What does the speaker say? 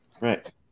Right